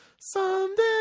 Someday